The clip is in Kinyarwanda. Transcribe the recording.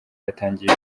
yatangiye